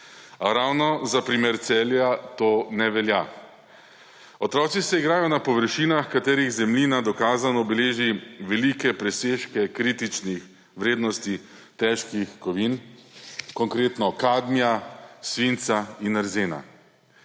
A ravno za primer Celja to ne velja. Otroci se igrajo na površinah, katerih zemljina dokazano beleži velike presežke kritičnih vrednosti težkih kovin, konkretno kadmija, svinca in arzena.